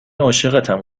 عاشقتم